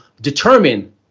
determine